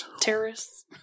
Terrorists